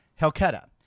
Helketa